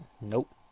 Nope